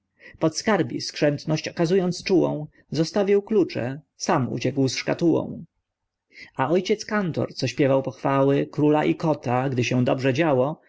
uciekli dworzanie podskarbi skrzętność okazując czułą zostawił klucze sam uciekł z szkatułą a ojciec kantor co śpiewał pochwały króla i kota gdy się dobrze działo